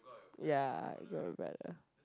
ya very bad ah